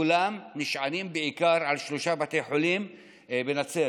כולם נשענים בעיקר על שלושה בתי חולים בנצרת.